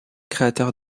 créateurs